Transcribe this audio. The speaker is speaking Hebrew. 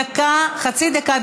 דקה,